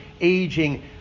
aging